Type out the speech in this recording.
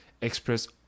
express